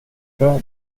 rör